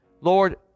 Lord